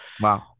wow